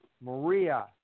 Maria